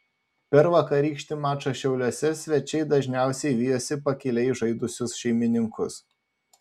per vakarykštį mačą šiauliuose svečiai dažniausiai vijosi pakiliai žaidusius šeimininkus